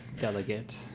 delegate